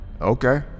Okay